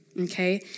Okay